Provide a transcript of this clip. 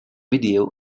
video